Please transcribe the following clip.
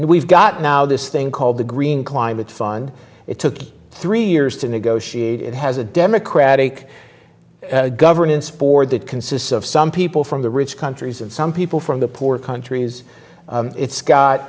we've got now this thing called the green climate fund it took three years to negotiate it has a democratic governance board that consists of some people from the rich countries and some people from the poor countries it's got